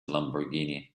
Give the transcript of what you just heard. lamborghini